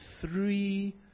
three